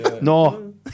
no